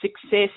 Success